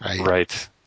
Right